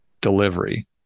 delivery